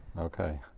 Okay